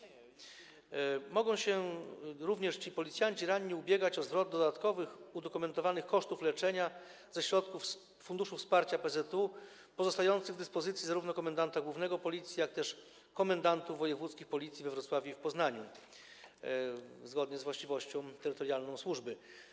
Ranni policjanci mogą się również ubiegać o zwrot dodatkowych udokumentowanych kosztów leczenia ze środków funduszu wsparcia PZU pozostających w dyspozycji zarówno komendanta głównego Policji, jak i komendantów wojewódzkich Policji we Wrocławiu i w Poznaniu, zgodnie z właściwością terytorialną służby.